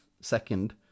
second